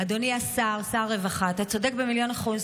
אדוני השר, שר הרווחה, אתה צודק במיליון אחוז.